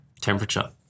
temperature